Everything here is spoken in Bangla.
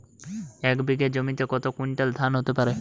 এক বিঘা জমিতে কত কুইন্টাল ধান হতে পারে?